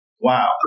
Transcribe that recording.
Wow